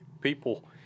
people